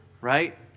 right